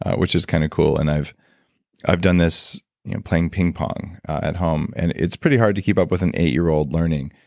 which is kind of cool. and i've i've done this playing ping pong at home and it's pretty hard to keep up with an eight year old learning.